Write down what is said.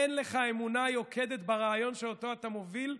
אין לך אמונה יוקדת ברעיון שאותו אתה מוביל,